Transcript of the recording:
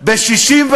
ב-61,